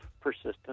persistent